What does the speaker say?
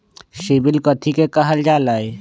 CIBIL कथि के काहल जा लई?